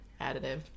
additive